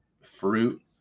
fruit